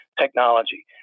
technology